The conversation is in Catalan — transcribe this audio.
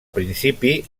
principi